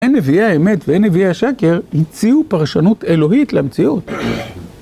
הן נביאי האמת והן נביאי השקר, הציעו פרשנות אלוהית למציאות.